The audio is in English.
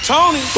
Tony